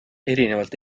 erinevalt